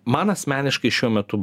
man asmeniškai šiuo metu